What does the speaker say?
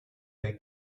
the